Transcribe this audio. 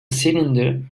cylinder